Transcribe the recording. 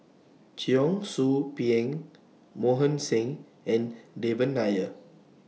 Cheong Soo Pieng Mohan Singh and Devan Nair